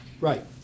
right